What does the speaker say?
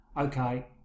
Okay